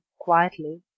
quietly